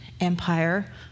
empire